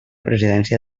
presidència